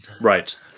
Right